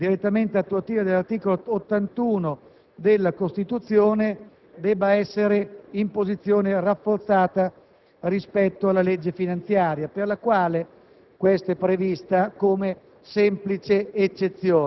entrate, e pensiamo che tale norma attuativa dell'articolo 81 della Costituzione debba essere in posizione rafforzata rispetto alla legge finanziaria, per la quale